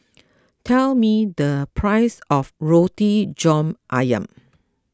tell me the price of Roti John Ayam